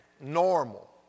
normal